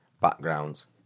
backgrounds